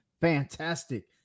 fantastic